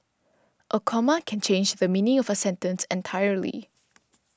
a comma can change the meaning of a sentence entirely